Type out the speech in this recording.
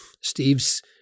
Steve's